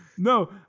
No